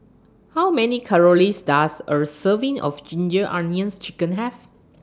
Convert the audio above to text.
How Many Calories Does A Serving of Ginger Onions Chicken Have